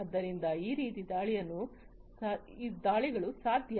ಆದ್ದರಿಂದ ಈ ರೀತಿಯ ದಾಳಿಗಳು ಸಾಧ್ಯ